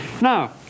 Now